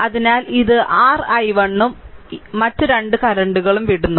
അതിനാൽ ഇത് r i1 ഉം മറ്റ് 2 കറന്റുകളും വിടുന്നു